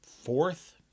fourth